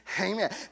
Amen